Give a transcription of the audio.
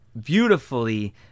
beautifully